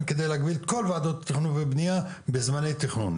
כדי להגביל את כל ועדות התכנון והבניה בזמני תכנון.